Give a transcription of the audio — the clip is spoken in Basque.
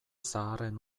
zaharren